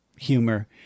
humor